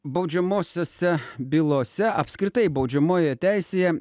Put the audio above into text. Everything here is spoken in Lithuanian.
baudžiamosiose bylose apskritai baudžiamojoje teisėje